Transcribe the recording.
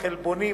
החלבונים,